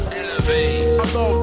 elevate